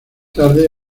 tarde